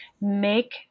make